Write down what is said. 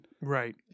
Right